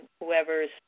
whoever's